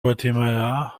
guatemala